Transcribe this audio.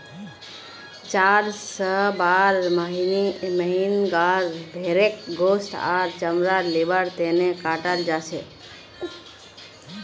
चार स बारह महीनार भेंड़क गोस्त आर चमड़ा लिबार तने कटाल जाछेक